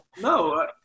No